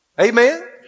Amen